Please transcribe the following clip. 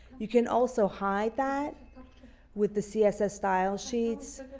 you can also hide that with the css style sheets,